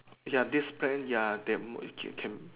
ya this brand ya